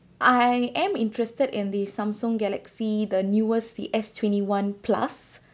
I am interested in the Samsung galaxy the newest the S twenty-one plus